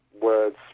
words